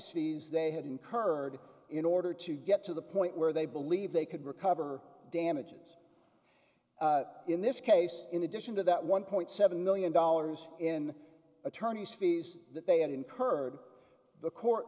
fees they had incurred in order to get to the point where they believe they could recover damages in this case in addition to that one point seven million dollars in attorney's fees that they had incurred the court